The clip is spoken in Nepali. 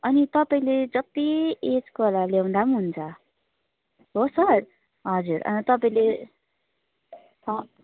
अनि तपाईँले जति एजकोहरूलाई ल्याउँदा पनि हुन्छ हो सर हजुर तपाईँले ह